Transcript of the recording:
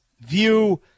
view